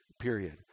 period